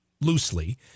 loosely